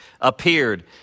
appeared